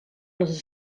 les